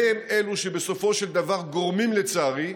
והם אלו שבסופו של דבר גורמים, לצערי,